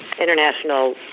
international